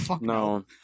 no